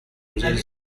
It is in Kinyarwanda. byiza